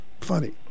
funny